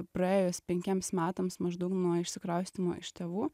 praėjus penkiems metams maždaug nuo išsikraustymo iš tėvų